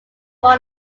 four